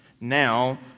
Now